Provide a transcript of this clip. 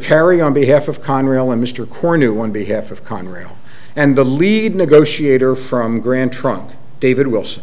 kerry on behalf of conrail and mr cornu one behalf of conrail and the lead negotiator from grand trunk david wilson